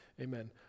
Amen